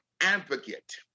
advocate